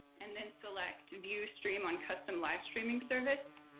and then select view stream on custom live streaming service,